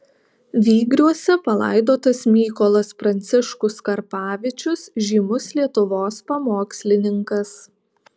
vygriuose palaidotas mykolas pranciškus karpavičius žymus lietuvos pamokslininkas